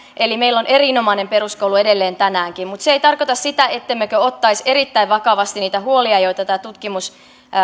eli meillä on erinomainen peruskoulu edelleen tänäänkin mutta se ei tarkoita sitä ettemmekö ottaisi erittäin vakavasti niitä huolia joita tämä tutkimus